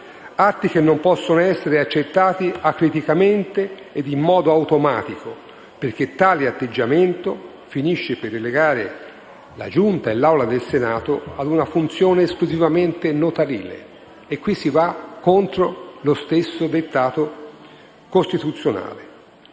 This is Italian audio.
atti che non possono essere accettati acriticamente e in modo automatico, perché tale atteggiamento finisce per relegare la Giunta e l'Assemblea del Senato a una funzione esclusivamente notarile. In questo caso si va contro lo stesso dettato costituzionale.